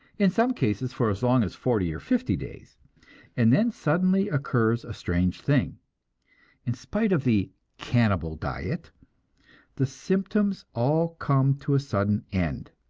in some cases for as long as forty or fifty days and then suddenly occurs a strange thing in spite of the cannibal diet the symptoms all come to a sudden end.